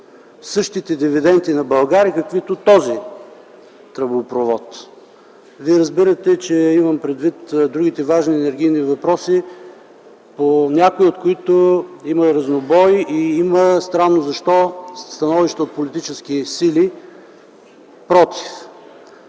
същите дивиденти на България, каквито този тръбопровод?! Разбирате, че имам предвид другите важни енергийни въпроси, по някои от които има разнобой и странно защо, от политически сили има